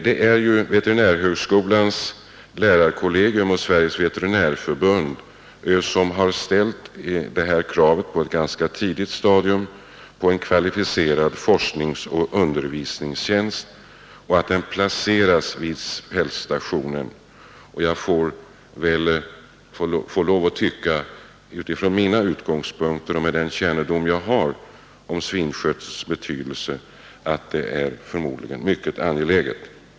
Det av veterinärhögskolans lärarkollegium och Sveriges veterinärförbund framförda kravet på en kvalificerad forskningsoch undervisningstjänst, placerad vid fältstationen, får från mina utgångspunkter och med den kännedom jag har om svinskötselns betydelse bedömas som mycket angeläget.